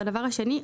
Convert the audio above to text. הדבר השני,